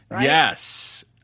yes